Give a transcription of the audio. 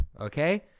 okay